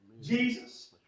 Jesus